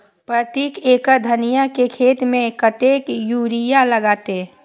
प्रति एकड़ धनिया के खेत में कतेक यूरिया लगते?